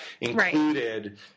included